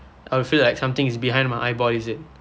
I will feel like something is behind my eyeball is it